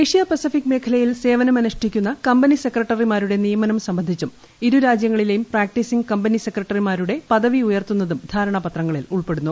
Asia Pacific മേഖലയിൽ സേവനം അനുഷ്ഠിക്കുന്ന കമ്പനി സെക്രട്ടറിമാരുടെ നിയമനം സംബന്ധിച്ചും ഇരു രാജ്യങ്ങളിലെയും പ്രാക്ടീസിംഗ് കമ്പനി സെക്രട്ടറിമാരുടെ പദവി ഉയർത്തുന്നതും ധാരണാപത്രങ്ങളിൽ ഉൾപ്പെടുന്നു